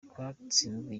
twatsinzwe